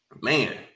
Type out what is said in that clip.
man